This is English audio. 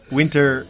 winter